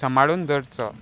सांबाळून दवरचो